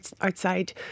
outside